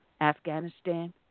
Afghanistan